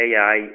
AI